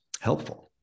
helpful